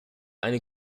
eine